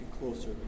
closer